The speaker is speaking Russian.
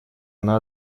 она